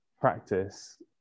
practice